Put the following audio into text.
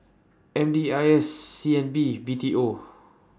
M D I S C N B B T O